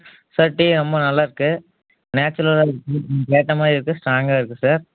sir tea ரொம்ப நல்லாருக்கு நேச்சுரலாக இருக்கு எனக்கு ஏத்த மாதிரி இருக்கு ஸ்ட்ராங்காக இருக்கு சார்